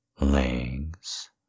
legs